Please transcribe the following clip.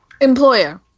Employer